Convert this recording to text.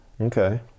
okay